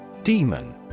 Demon